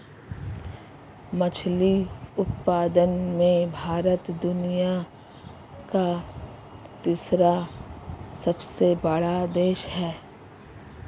मछली उत्पादन में भारत दुनिया का तीसरा सबसे बड़ा देश है